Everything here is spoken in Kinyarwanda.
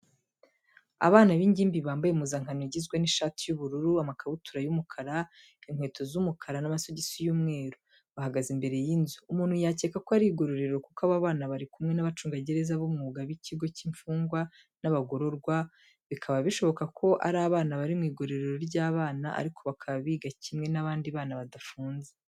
Abana b'ingimbi bambaye impuzankano igizwe n'ishati y'ubururu, amakabutura y'umukara, inkweto z'umukara n'amasogizi y'umweru, bahagaze imbere y'inzu, umuntu yakeka ko ari igororero kuko abo bana bari kumwe n'abacungagereza b'umwuga b'ikigo cy'imfungwa n'abagororwa, bikaba bishoboka ko ari abana bari mu igororero ry'abana ariko bakaba biga kimwe n'abandi bana badafunze.